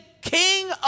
king